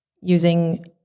using